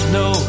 no